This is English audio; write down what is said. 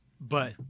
But-